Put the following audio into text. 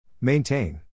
Maintain